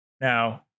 Now